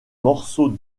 morceaux